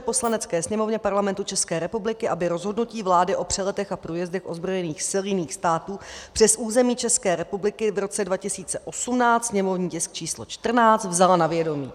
Poslanecké sněmovně Parlamentu České republiky, aby rozhodnutí vlády o přeletech a průjezdech ozbrojených sil jiných států přes území České republiky v roce 2018, sněmovní tisk číslo 14, vzala na vědomí;